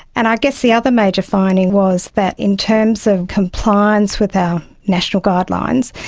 and i guess the other major finding was that in terms of compliance with our national guidelines,